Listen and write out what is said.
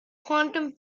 quantum